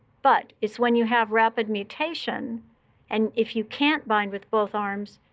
but it's when you have rapid mutation and if you can't bind with both arms,